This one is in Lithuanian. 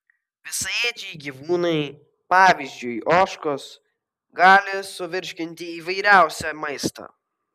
visaėdžiai gyvūnai pavyzdžiui ožkos gali suvirškinti įvairiausią maistą